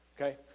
Okay